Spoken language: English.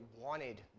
wanted